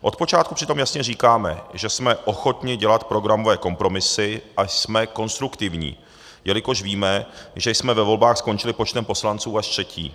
Od počátku přitom jasně říkáme, že jsme ochotni dělat programové kompromisy a jsme konstruktivní, jelikož víme, že jsme ve volbách skončili počtem poslanců až třetí.